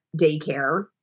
daycare